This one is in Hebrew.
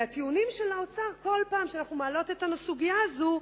בכל פעם שאנחנו מעלות את הסוגיה הזאת,